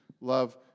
Love